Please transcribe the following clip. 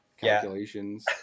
calculations